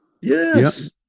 Yes